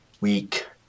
Week